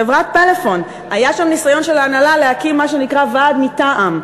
חברת "פלאפון" היה שם ניסיון של ההנהלה להקים מה שנקרא "ועד מטעם",